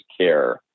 care